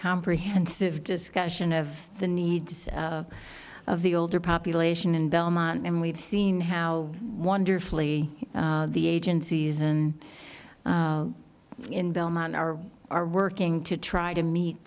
comprehensive discussion of the needs of the older population in belmont and we've seen how wonderfully the agencies and in belmont are are working to try to meet